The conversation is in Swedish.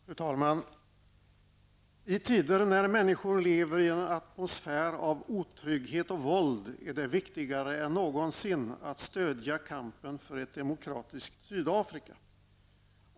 Fru talman! I tider när människor lever i en atmosfär av otrygghet och våld är det viktigare än någonsin att stöda kampen för ett demokratiskt Sydafrika.